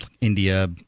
India